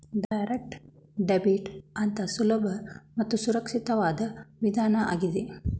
direct debit ಅತ್ಯಂತ ಸುಲಭ ಮತ್ತು ಸುರಕ್ಷಿತವಾದ ವಿಧಾನ ಆಗಿದೆ